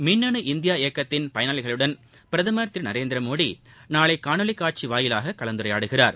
மின்னணு இந்தியா இயக்கத்தின் பயனாளிகளுடன் பிரதமா் திரு நரேந்திரமோடி நாளை காணொலி காட்சி வாயிலாக கலந்துரையாடுகிறார்